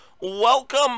welcome